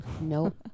Nope